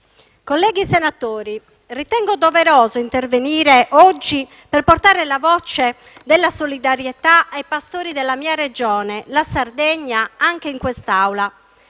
colleghi senatori, ritengo doveroso intervenire oggi per portare la voce della solidarietà ai pastori della mia Regione, la Sardegna, anche in quest'Aula.